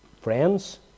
friends